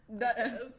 Yes